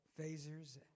phasers